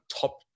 top